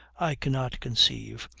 i cannot conceive,